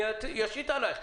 אני אשית עליך.